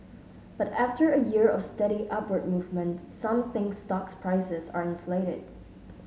but after a year of steady upward movement some think stocks prices are inflated